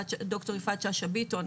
ד"ר יפעת שאשא ביטון.